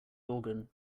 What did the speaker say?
organ